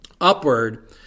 upward